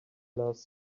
last